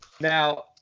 Now